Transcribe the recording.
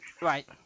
Right